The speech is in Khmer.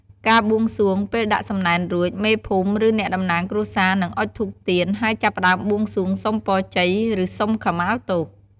ការបួងសួង ពេលដាក់សំណែនរួច មេភូមិ ឬអ្នកតំណាងគ្រួសារនឹងអុជធូបទៀន ហើយចាប់ផ្ដើមបួងសួងសុំពរជ័យ ឬសុំខមាទោស។